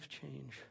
change